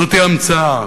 זאת המצאה.